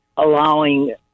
allowing